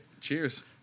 cheers